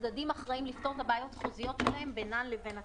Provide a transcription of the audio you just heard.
הצדדים אחראים לפתור את הבעיות החוזיות שלהם בינם לבין עצמם.